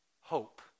hope